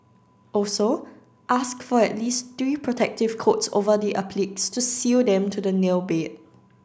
also ask for at least three protective coats over the appliques to seal them to the nail bed